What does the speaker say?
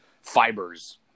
fibers